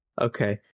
Okay